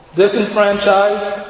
disenfranchised